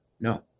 No